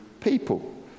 people